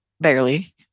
barely